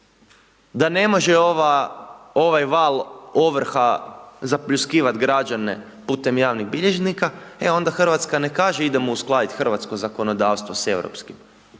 da ne može ovaj val ovrha zapljuskivati građane putem javnih bilježnika e onda Hrvatska neka kaže idemo uskladiti hrvatsko zakonodavstvo sa europskim.